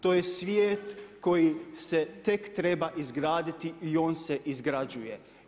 To je svijet koji se tek treba izgraditi i on se izgrađuje.